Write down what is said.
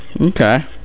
Okay